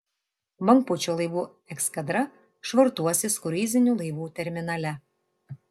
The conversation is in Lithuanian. bangpūčio laivų eskadra švartuosis kruizinių laivų terminale